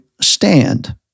stand